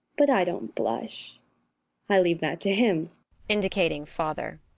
but i don't blush i leave that to him indicating father.